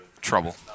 trouble